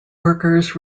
workers